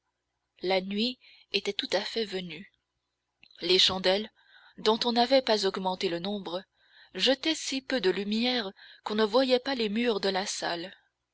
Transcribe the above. la nuit était tout à fait venue les chandelles dont on n'avait pas augmenté le nombre jetaient si peu de lumière qu'on ne voyait pas les murs de la salle